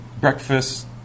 breakfast